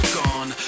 gone